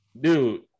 dude